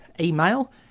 email